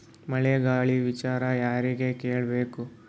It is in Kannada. ಮಳೆ ಗಾಳಿ ವಿಚಾರ ಯಾರಿಗೆ ಕೇಳ್ ಬೇಕು?